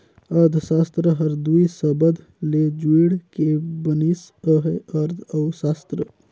अर्थसास्त्र हर दुई सबद ले जुइड़ के बनिस अहे अर्थ अउ सास्त्र